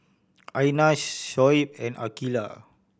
Aina Shoaib and Aqeelah